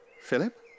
Philip